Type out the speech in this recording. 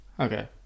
Okay